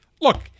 Look